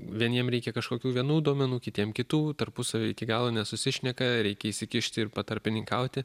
vieniem reikia kažkokių vienų duomenų kitiem kitų tarpusavy iki galo nesusišneka reikia įsikišti ir patarpininkauti